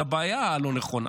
לבעיה הלא-נכונה.